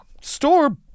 store